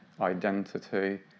identity